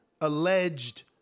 alleged